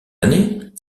année